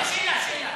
שאלה, שאלה.